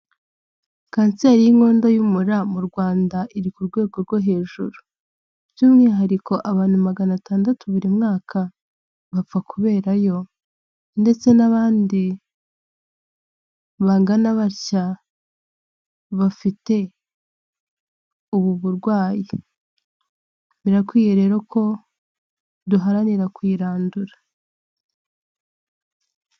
Kanseri y'inkondo y'umura mu Rwanda iri ku rwego rwo hejuru, by'umwihariko abantu magana atandatu buri mwaka bapfa kubera yo, ndetse n'abandi bangana batya bafite ubu burwayi, birakwiye rero ko duharanira kuyirandura.